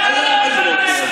למה לא העברת את זה אנחנו,